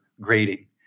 grading